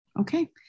Okay